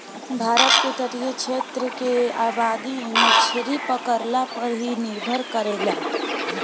भारत के तटीय क्षेत्र के आबादी मछरी पकड़ला पर ही निर्भर करेला